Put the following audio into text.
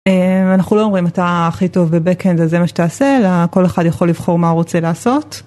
אנחנו לא אומרים אתה הכי טוב ב back end אז זה מה שתעשה אלא כל אחד יכול לבחור מה הוא רוצה לעשות.